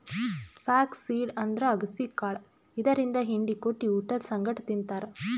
flax seed ಅಂದ್ರ ಅಗಸಿ ಕಾಳ್ ಇದರಿಂದ್ ಹಿಂಡಿ ಕುಟ್ಟಿ ಊಟದ್ ಸಂಗಟ್ ತಿಂತಾರ್